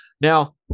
Now